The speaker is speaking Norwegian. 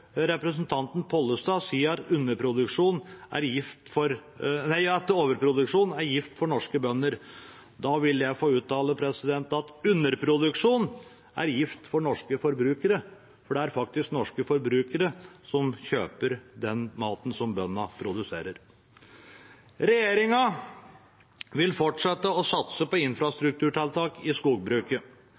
representanten Pollestad si at overproduksjon er gift for norske bønder. Da vil jeg få uttale at underproduksjon er gift for norske forbrukere, for det er faktisk norske forbrukere som kjøper den maten som bøndene produserer. Regjeringen vil fortsette å satse på infrastrukturtiltak i skogbruket,